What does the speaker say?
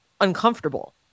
uncomfortable